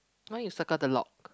now you circle the lock